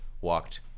walked